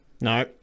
no